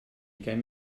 ugain